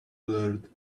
blurred